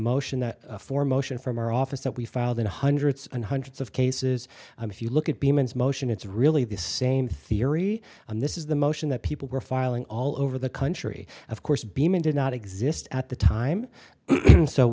motion for motion from our office that we filed in hundreds and hundreds of cases if you look at the man's motion it's really the same theory and this is the motion that people were filing all over the country of course beeman did not exist at the time so